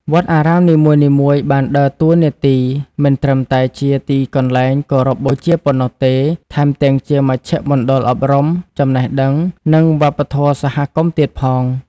វត្តអារាមនីមួយៗបានដើរតួនាទី មិនត្រឹមតែជាទីកន្លែងគោរពបូជាប៉ុណ្ណោះទេ ថែមទាំងជាមជ្ឈមណ្ឌលអប់រំ ចំណេះដឹង និងវប្បធម៌សហគមន៍ទៀតផង។